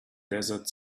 desert